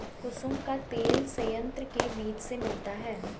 कुसुम का तेल संयंत्र के बीज से मिलता है